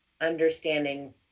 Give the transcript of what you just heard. understanding